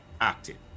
acting